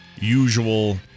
usual